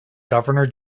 governor